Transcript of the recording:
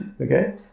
Okay